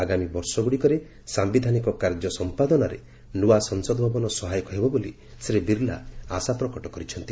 ଆଗାମୀ ବର୍ଷଗୁଡ଼ିକରେ ସାୟିଧାନିକ କାର୍ଯ୍ୟ ସମ୍ପାଦନାରେ ନୃଆ ସଂସଦ ଭବନ ସହାୟକ ହେବ ବୋଲି ଶ୍ରୀ ବିର୍ଲା ଆଶା ପ୍ରକଟ କରିଛନ୍ତି